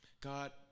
God